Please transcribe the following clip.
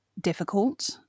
difficult